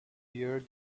year